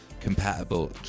compatible